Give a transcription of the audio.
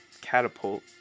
catapult